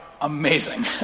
amazing